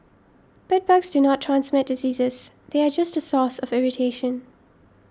bedbugs do not transmit diseases they are just a source of irritation